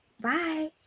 Bye